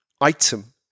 item